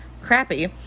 crappy